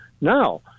Now